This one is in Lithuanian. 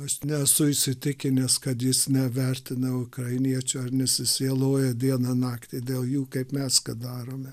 aš nesu įsitikinęs kad jis nevertina ukrainiečių ar nesisieloja dieną naktį dėl jų kaip mes kad darome